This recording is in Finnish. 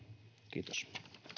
kiitos